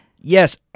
Yes